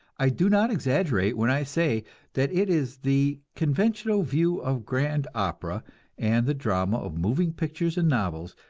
i do not exaggerate when i say that it is the conventional view of grand opera and the drama, of moving pictures and novels,